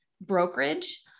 brokerage